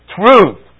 truth